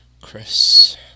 Chris